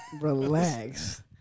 relax